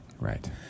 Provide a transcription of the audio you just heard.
Right